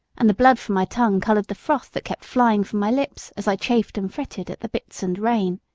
and the blood from my tongue colored the froth that kept flying from my lips as i chafed and fretted at the bits and rein.